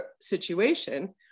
situation